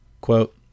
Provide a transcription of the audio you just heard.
quote